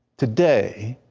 today,